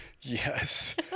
Yes